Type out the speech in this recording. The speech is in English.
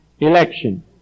Election